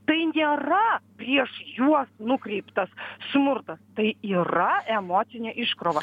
tai nėra prieš juos nukreiptas smurtas tai yra emocinė iškrova